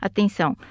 Atenção